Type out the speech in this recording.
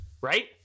right